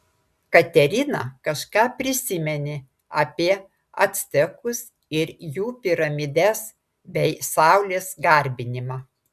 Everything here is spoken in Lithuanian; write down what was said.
katerina kažką prisiminė apie actekus ir jų piramides bei saulės garbinimą